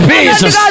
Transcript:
Jesus